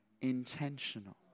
intentional